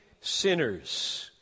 sinners